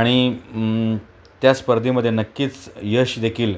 आणि त्या स्पर्धेमध्ये नक्कीच यशदेखील